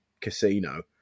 casino